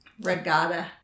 Regatta